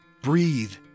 Breathe